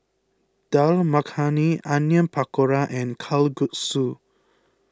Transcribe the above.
Dal Makhani Onion Pakora and Kalguksu